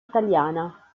italiana